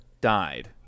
died